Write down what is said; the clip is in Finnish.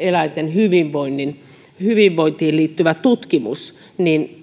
eläinten hyvinvointiin liittyvä tutkimus